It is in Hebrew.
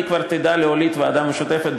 היא כבר תדע להוליד ועדה משותפת,